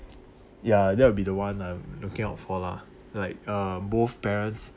ya that would be the one I'm looking out for lah like um both parents